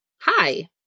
Hi